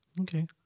Okay